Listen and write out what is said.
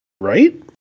right